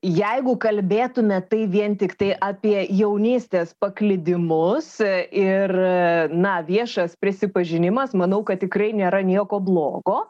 jeigu kalbėtume tai vien tiktai apie jaunystės paklydimus ir na viešas prisipažinimas manau kad tikrai nėra nieko blogo